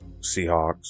Seahawks